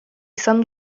izan